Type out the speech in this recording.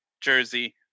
jersey